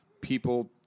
people